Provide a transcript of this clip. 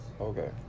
Okay